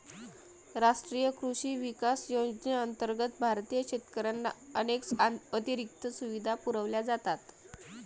राष्ट्रीय कृषी विकास योजनेअंतर्गत भारतीय शेतकऱ्यांना अनेक अतिरिक्त सुविधा पुरवल्या जातात